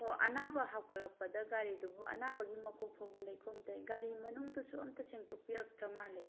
ꯑꯣ ꯑꯅꯥꯕ ꯍꯥꯞꯀꯠꯂꯛꯄꯗ ꯒꯥꯔꯤꯗꯨꯕꯨ ꯑꯅꯥꯕꯒꯤ ꯃꯀꯣꯛ ꯐꯥꯎꯕ ꯂꯩꯈꯣꯝ ꯇꯩ ꯒꯥꯔꯤ ꯃꯅꯨꯡꯗꯨꯁꯨ ꯑꯃꯇ ꯁꯦꯡꯇꯣꯛꯄꯤꯔꯛꯇ꯭ꯔ ꯃꯥꯜꯂꯦ